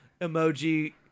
Emoji